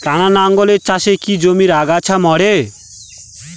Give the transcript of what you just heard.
টানা লাঙ্গলের চাষে কি জমির আগাছা মরে?